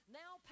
now